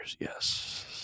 yes